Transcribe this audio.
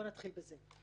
ובוא נתחיל מזה.